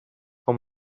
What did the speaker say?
for